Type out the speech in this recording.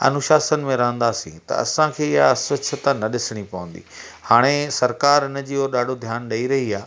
अनुशासन में रहंदासीं त असांखे ईअं अस्वच्छता न ॾिसणी पवंदी हाणे सरकार इन जी और ॾाढो ध्यानु ॾेई रही आहे